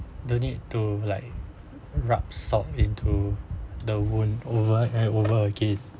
don't need to like rub salt into the wound over and over again